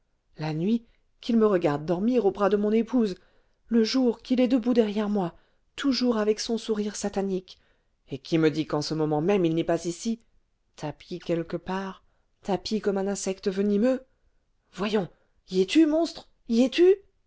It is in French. la nuit qu'il me regarde dormir aux bras de mon épouse le jour qu'il est debout derrière moi toujours avec son sourire satanique et qui me dit qu'en ce moment même il n'est pas ici tapi quelque part tapi comme un insecte venimeux voyons y es-tu monstre y es-tu